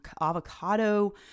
avocado